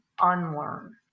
unlearn